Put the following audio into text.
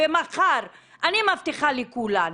ומחר, אני מבטיחה לכולן,